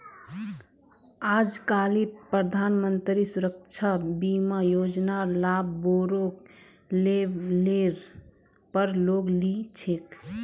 आजकालित प्रधानमंत्री सुरक्षा बीमा योजनार लाभ बोरो लेवलेर पर लोग ली छेक